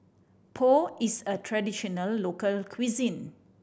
pho is a traditional local cuisine